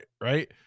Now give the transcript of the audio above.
right